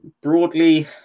broadly